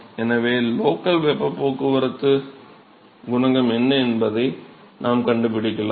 எனவே லோக்கல் வெப்ப போக்குவரத்து குணகம் என்ன என்பதை நாம் கண்டுபிடிக்கலாம்